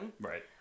Right